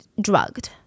drugged